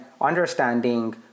understanding